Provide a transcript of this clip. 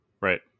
Right